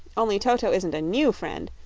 only toto isn't a new friend,